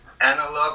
analog